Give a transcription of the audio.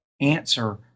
answer